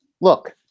look